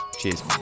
cheers